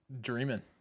dreaming